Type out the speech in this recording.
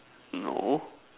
no